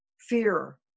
fear